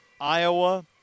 Iowa